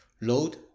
Load